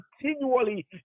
continually